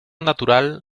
natural